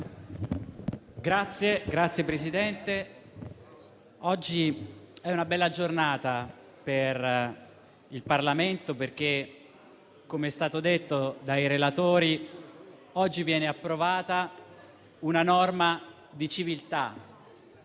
Signor Presidente, oggi è una bella giornata per il Parlamento perché, come è stato detto dai relatori, oggi viene approvata una norma di civiltà